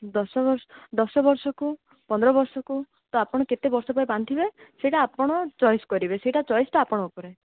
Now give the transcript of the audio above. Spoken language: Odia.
ଦଶ ବର୍ଷ ଦଶ ବର୍ଷକୁ ପନ୍ଦର ବର୍ଷକୁ ତ ଆପଣ କେତେ ବର୍ଷ ପାଇ ବାନ୍ଧିବେ ସେଇଟା ଆପଣ ଚଏସ୍ କରିବେ ସେଇଟା ଚଏସ୍ଟା ଆପଣଙ୍କ ଉପରେ